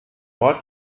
ort